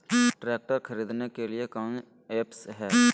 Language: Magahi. ट्रैक्टर खरीदने के लिए कौन ऐप्स हाय?